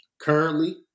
Currently